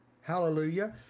Hallelujah